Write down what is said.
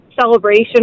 celebration